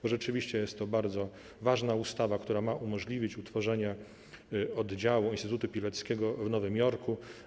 Bo rzeczywiście jest to bardzo ważna ustawa, która ma umożliwić utworzenie oddziału Instytutu Pileckiego w Nowym Jorku.